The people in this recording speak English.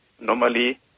normally